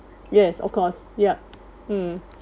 yes of course yup mm